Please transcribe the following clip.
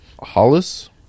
Hollis